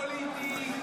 פוליטי,